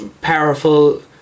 powerful